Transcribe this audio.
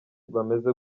bameze